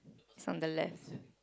from the left